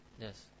Yes